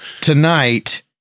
tonight